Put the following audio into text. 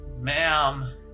Ma'am